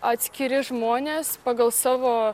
atskiri žmonės pagal savo